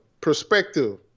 perspective